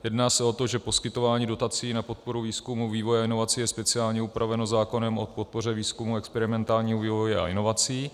Jedná se o to, že poskytování dotací na podporu výzkumu, vývoje a inovací je speciálně upraveno zákonem o podpoře výzkumu a experimentálního vývoje a inovace.